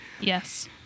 yes